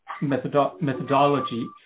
methodology